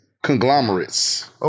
Conglomerates